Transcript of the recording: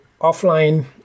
offline